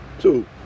Two